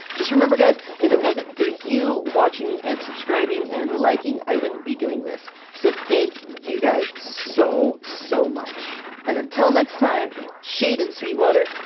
just remember guys, if it wasn't for you watching and subscribing and liking, i wouldn't be doing this! so thank you guys, so so much! and until next time shade and sweet water,